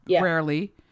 Rarely